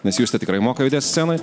nes justė tikrai moka judėt scenoj